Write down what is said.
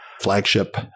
flagship